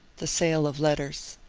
the sale of letters.